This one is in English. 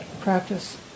practice